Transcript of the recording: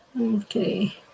okay